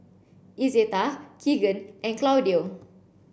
Izetta Kegan and Claudio